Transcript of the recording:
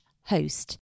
host